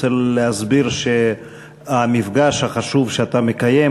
אני רוצה להסביר שהמפגש החשוב שאתה מקיים,